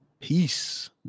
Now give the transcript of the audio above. peace